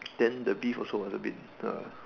then the beef also a bit uh